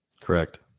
Correct